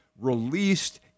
released